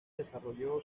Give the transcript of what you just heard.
desarrolló